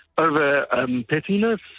over-pettiness